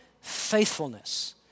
faithfulness